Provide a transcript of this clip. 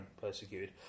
persecuted